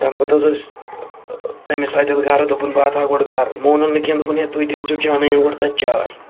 تَمہِ پَتہٕ حظ ٲسۍ أمِس اَتٮ۪تھ گَرٕ دوٚپُن بہٕ اَژا گۄڈٕ گَرٕ مونُن نہٕ کیٚنٛہہ دوٚپُن ہے تُہۍ تہِ أژیِو چانٲنِن گۄڈٕ تَتہِ چاے